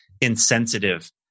insensitive